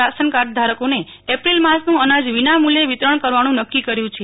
ration card ધારકોને April માસનું અનાજ વિના મુલ્યે વિતરણ કરાવનું નકકી કર્યું છે